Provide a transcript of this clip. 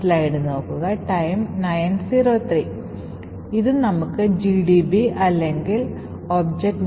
processor നിർമിക്കുമ്പോൾ ഹാർഡ്വെയറിൽ നടപ്പിലാക്കുന്ന മറ്റൊരു പ്രതിരോധസംവിധാനമാണ് നോൺ എക്സിക്യൂട്ടബിൾ സ്റ്റാക്ക് അല്ലെങ്കിൽ WX ബിറ്റ്